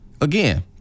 Again